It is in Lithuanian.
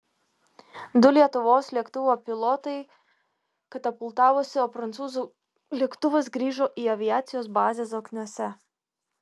du lietuvos lėktuvo pilotai katapultavosi o prancūzų lėktuvas grįžo į aviacijos bazę zokniuose